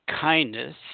kindness